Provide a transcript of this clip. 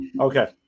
Okay